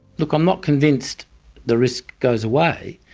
look, i'm not convinced the risk goes away,